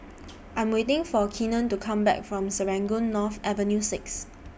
I Am waiting For Kenan to Come Back from Serangoon North Avenue six